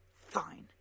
Fine